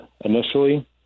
initially